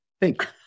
Thank